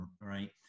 Right